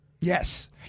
Yes